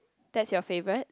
that's your favorite